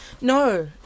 No